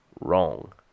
Wrong